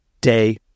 day